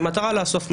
במטרה לאסוף מידע.